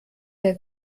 der